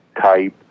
type